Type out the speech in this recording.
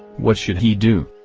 what should he do?